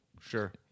Sure